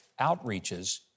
outreaches